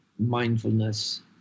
mindfulness